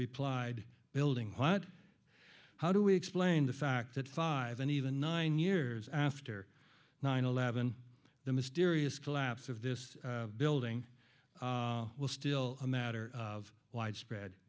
replied building what how do we explain the fact that five and even nine years after nine eleven the mysterious collapse of this building was still a matter of widespread